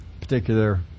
particular